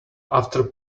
after